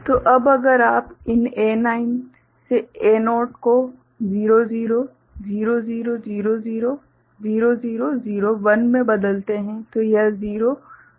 तो अगर आप अब इन A9 से A0 को 00 0000 0001 में बदलते हैं तो यह 0 1 बनता हैं